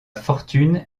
fortune